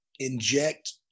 inject